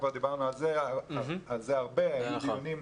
כבר דיברנו על זה הרבה בדיונים -- נכון.